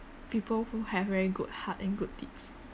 people who have very good heart and good deeds